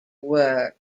work